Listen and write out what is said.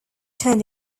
turned